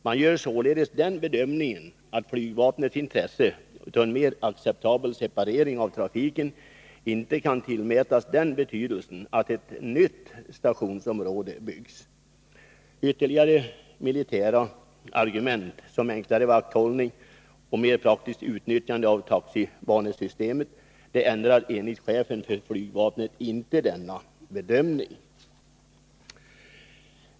Man gör således den bedömningen att flygvapnets intresse av en mer acceptabel separering av trafiken inte kan tillmätas sådan betydelse att ett nytt stationsområde skall byggas. Ytterligare militära argument som enklare vakthållning och mer praktiskt utnyttjande av taxibanesystemet ändrar enligt chefen för flygvapnet inte denna bedömning.